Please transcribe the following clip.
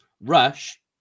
Rush